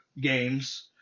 games